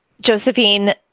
Josephine